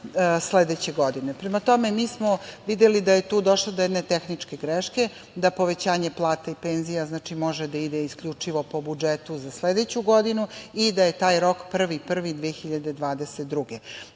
sledeće godine. Prema tome, mi smo videli da je tu došlo do jedne tehničke greške, da povećanje plata i penzija može da ide isključivo po budžetu za sledeću godinu i da je taj rok 1.1.2022.